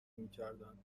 میکردند